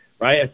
right